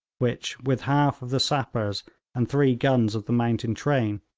which, with half of the sappers and three guns of the mountain train,